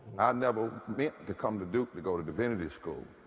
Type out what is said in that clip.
never meant to come to duke to go to divineity school.